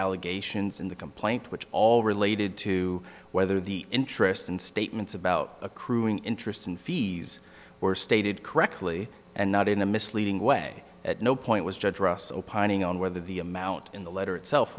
allegations in the complaint which all related to whether the interest and statements about accruing interest and fees were stated correctly and not in a misleading way at no point was judge ross opining on whether the amount in the letter itself